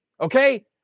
Okay